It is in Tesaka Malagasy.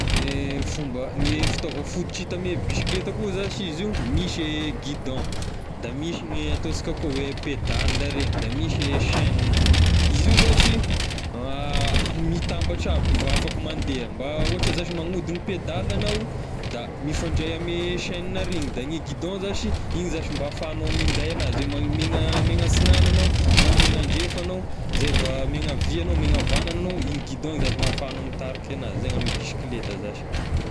Fomba, ny fitaova fototry hita ame bisikileta koa zashy izy io, misy gidon, da misy ny ataonsika koa hoe pedale regny, da misy chaine, izy io zashy mitambatra aby io vao afaka mandeha mba ohatra zashy magnodina pedaly agnao da mifandray ame chaine ary igny, da ny gidon zashy igny zashy mba ahafahagnao minday anazy am- miana antsinanana aho na miana andrefana aho, zay vao miana havia agnao miana havanana agnao, igny gidon e zashy ahafahagnao mitariky anazy, zay ny ame bisikileta zashy.